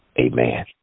Amen